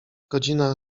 godzina